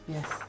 Yes